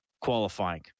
qualifying